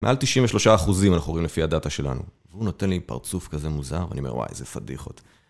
מעל 93 אחוזים אנחנו רואים לפי הדאטה שלנו והוא נותן לי פרצוף כזה מוזר ואני אומר וואי איזה פדיחות